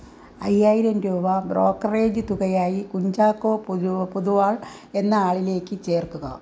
അയ്യായിരം രൂപ ബ്രോക്കറേജ് തുകയായി കുഞ്ചാക്കോ പൊതുവൊ പൊതുവാൾ എന്ന ആളിലേക്ക് ചേർക്കുക